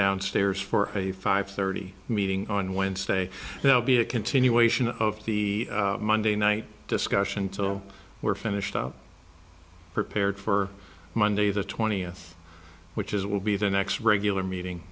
downstairs for a five thirty meeting on wednesday they'll be a continuation of the monday night discussion till we're finished i prepared for monday the twentieth which is will be the next regular meeting